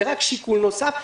זה רק שיקול נוסף.